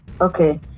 Okay